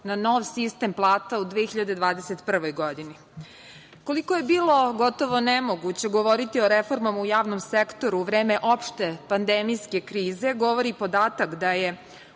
na nov sistem plata u 2021. godini. Koliko je bilo gotovo nemoguće govoriti o reformama u javnom sektoru u vreme opšte pandemijske krize, govori podatak da je